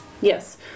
Yes